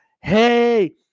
hey